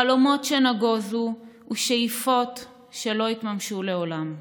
חלומות שנגוזו ושאיפות שלא יתממשו לעולם.